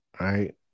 Right